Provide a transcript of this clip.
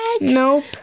Nope